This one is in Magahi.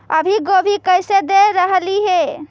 अभी गोभी कैसे दे रहलई हे?